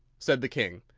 said the king.